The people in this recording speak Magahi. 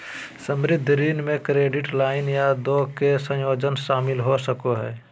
संबंद्ध ऋण में क्रेडिट लाइन या दो के संयोजन शामिल हो सको हइ